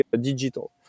Digital